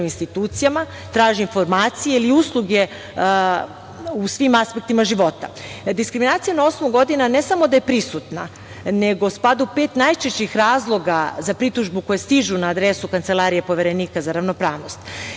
institucijama, traži informacije ili usluge u svim aspektima života. Diskriminacija na osnovu godina ne samo da je prisutna, nego spada u pet najčešćih razloga za pritužbu koje stižu na adresu Kancelarije Poverenika za ravnopravnost.